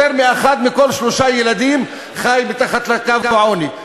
ויותר מאחד מכל שלושה ילדים חי מתחת לקו העוני,